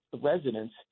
residents